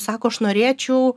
sako aš norėčiau